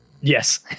yes